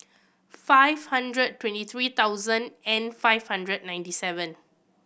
five hundred twenty three thousand and five hundred ninety seven